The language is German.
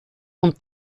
und